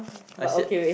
I said